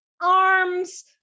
Arms